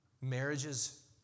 Marriages